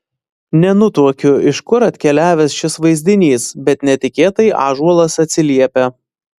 nenutuokiu iš kur atkeliavęs šis vaizdinys bet netikėtai ąžuolas atsiliepia